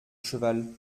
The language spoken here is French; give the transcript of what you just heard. cheval